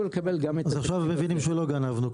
לקבל גם את ה --- אז עכשיו מבינים שלא גנבנו,